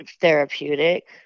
therapeutic